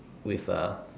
with a